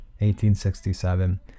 1867